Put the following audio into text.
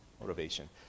motivation